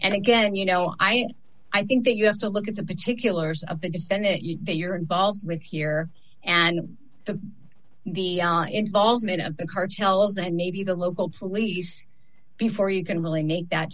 and again you know i i think that you have to look at the particulars of the defendant you know that you're involved with here and the involvement of the cartels and maybe the local police before you can really make that